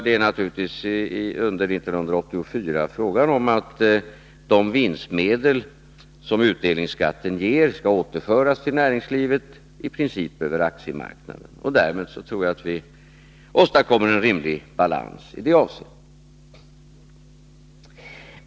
Det är naturligtvis under 1984 fråga om att de vinstmedel som utdelningsskatten ger skall återföras till näringslivet — i princip över aktiemarknaden. Därmed tror jag att vi åstadkommer en rimlig balans i det avseendet.